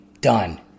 done